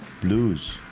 blues